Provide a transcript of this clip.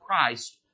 Christ